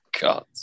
God